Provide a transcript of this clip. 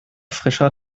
frischer